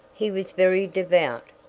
he was very devout,